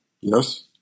Yes